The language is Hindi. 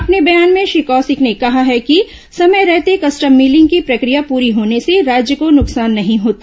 अपने बयान में श्री कौशिक ने कहा है कि समय रहते कस्टम मीलिंग की प्रक्रिया पूरी होने से राज्य को नुकसान नहीं होता